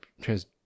trans